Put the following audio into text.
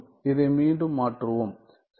இதை மீண்டும் மாற்றுவோம்